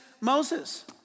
Moses